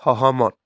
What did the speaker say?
সহমত